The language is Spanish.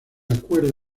acuerdo